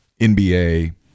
NBA –